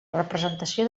representació